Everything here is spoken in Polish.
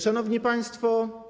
Szanowni Państwo!